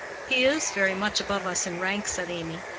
he is very much above us in rank, said amy.